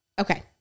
Okay